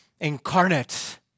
incarnate